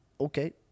okay